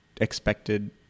expected